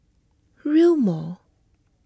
Rail Mall